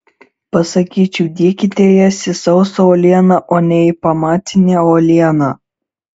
pasakyčiau dėkite jas į sausą uolieną o ne į pamatinę uolieną